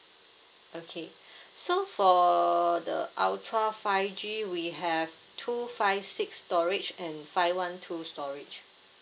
okay so for the ultra five G we have two five six storage and five one two storage